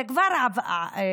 זה כבר קרה.